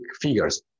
figures